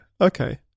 okay